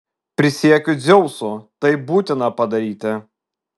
prisiekiu dzeusu tai būtina padaryti